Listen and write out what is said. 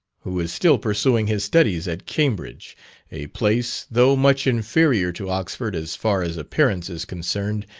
who is still pursuing his studies at cambridge a place, though much inferior to oxford as far as appearance is concerned,